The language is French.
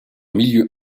milieu